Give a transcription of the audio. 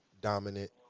dominant